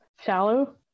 shallow